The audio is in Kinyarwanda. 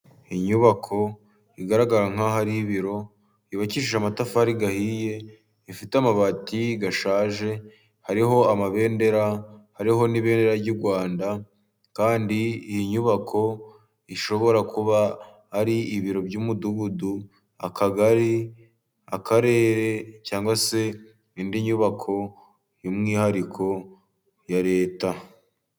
Inyubako igaragara nk'aho ibiro yubakishije amatafari ahiye ifite amabati ashaje ,hariho amabendera ,hariho n'ibendera ry'u Rwanda kandi iyi nyubako ishobora kuba ari ibiro by'umudugudu, akagari, akarere, cyangwa se indi nyubako y'umwihariko ya leta.